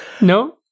No